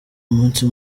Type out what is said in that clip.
umunsi